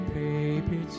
baby